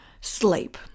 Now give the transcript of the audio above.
Sleep